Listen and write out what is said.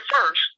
first